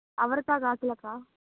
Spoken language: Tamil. அவரைக்கா கால் கிலோக்கா